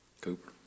Cooper